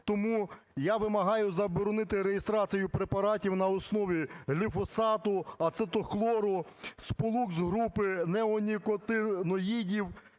Тому я вимагаю заборонити реєстрацію препаратів на основі гліфосату, ацетохлору, сполук з групи неонікотиноїдів,